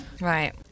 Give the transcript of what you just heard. right